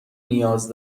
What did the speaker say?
نیاز